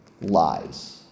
Lies